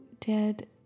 dead